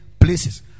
places